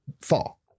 fall